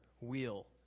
wheel